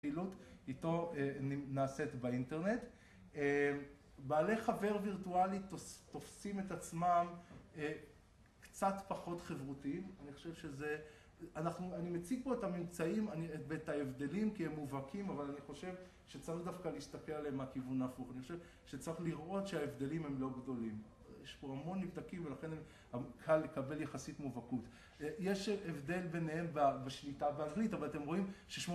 איתו נעשית באינטרנט. בעלי חבר וירטואלי, תופסים את עצמם קצת פחות חברותיים. אני חושב שזה, אני מציג פה את הממצאים, את ההבדלים, כי הם מובהקים, אבל אני חושב שצריך דווקא להסתכל עליהם מהכיוון ההפוך. אני חושב שצריך לראות שההבדלים הם לא גדולים. יש פה המון נבדקים ולכן קל לקבל יחסית מובהקות. יש הבדל ביניהם בשליטה באנגלית, אבל אתם רואים ש...